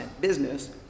business